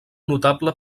notable